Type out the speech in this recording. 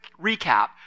recap